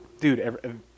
Dude